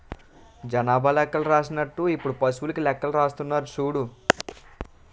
జనాభా లెక్కలు రాసినట్టు ఇప్పుడు పశువులకీ లెక్కలు రాస్తున్నారు సూడు